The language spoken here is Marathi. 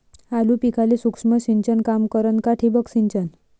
आलू पिकाले सूक्ष्म सिंचन काम करन का ठिबक सिंचन?